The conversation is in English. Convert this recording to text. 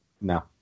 No